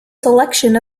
selection